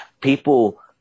people